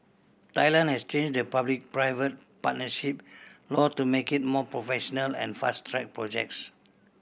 Thailand has changed the public private partnership law to make it more professional and fast track projects